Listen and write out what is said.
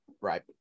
Right